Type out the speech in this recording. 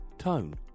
tone